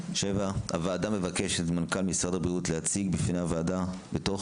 הוועדה מבקשת ממנכ"ל משרד הבריאות להציג בפני הוועדה בתוך